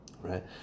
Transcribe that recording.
right